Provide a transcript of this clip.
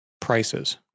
prices